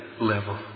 level